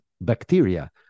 bacteria